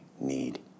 need